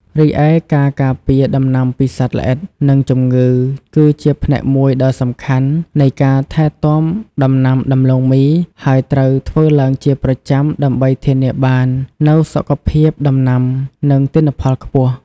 រីឯការការពារដំណាំពីសត្វល្អិត និងជំងឺ គឺជាផ្នែកមួយដ៏សំខាន់នៃការថែទាំដំណាំដំឡូងមី ហើយត្រូវធ្វើឡើងជាប្រចាំដើម្បីធានាបាននូវសុខភាពដំណាំ និងទិន្នផលខ្ពស់។